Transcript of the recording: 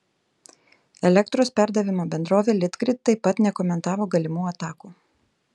elektros perdavimo bendrovė litgrid taip pat nekomentavo galimų atakų